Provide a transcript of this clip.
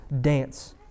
dance